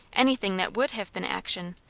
anything that would have been action,